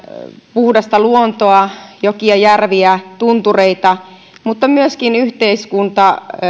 puhdasta luontoa jokia järviä tuntureita mutta myöskin yhteiskunta